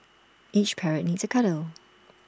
every parrot needs A cuddle